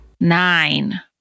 Nine